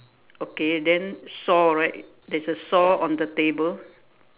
okay then saw right there's a saw on the table